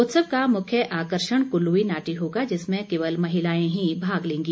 उत्सव का मुख्य आकर्षण कुल्लवी नाटी होगा जिसमें केवल महिलाएं ही भाग लेंगी